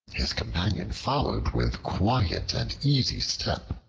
his companion followed with quiet and easy step.